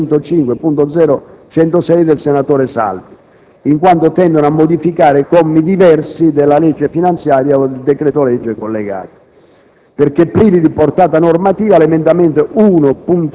e 1.0.104, 1.0.105 e 1.0.106, del senatore Salvi, in quanto tendono a modificare commi diversi della legge finanziaria 2007 o del decreto-legge collegato.